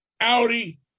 Audi